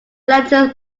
letter